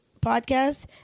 podcast